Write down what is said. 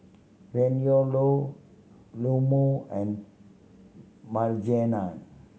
Reynaldo Leoma and Maryjane